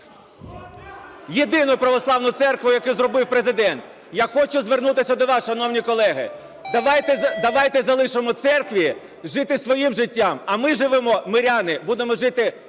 єдину православну церкву, яку зробив Президент. Я хочу звернутися до вас, шановні колеги: давайте залишимо церкві жити своїм життям, а ми живемо, миряни, будемо жити